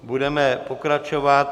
Budeme pokračovat.